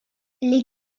les